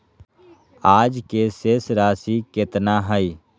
आज के शेष राशि केतना हइ?